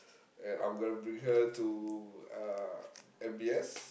and I'm gonna bring her to uh M_B_S